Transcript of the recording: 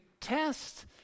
test